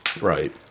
right